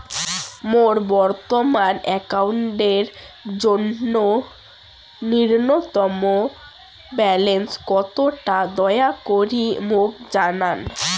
মোর বর্তমান অ্যাকাউন্টের জন্য ন্যূনতম ব্যালেন্স কত তা দয়া করি মোক জানান